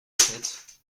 faite